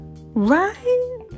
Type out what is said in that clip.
right